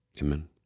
Amen